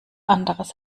anderes